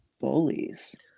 bullies